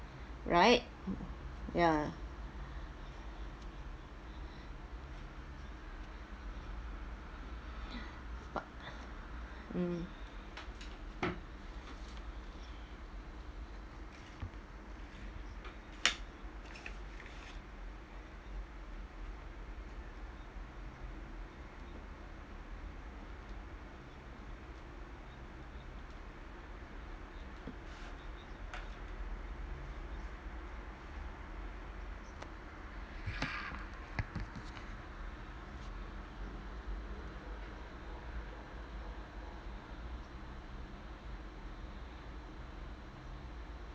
right ya mm